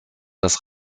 das